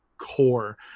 core